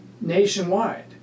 nationwide